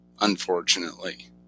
unfortunately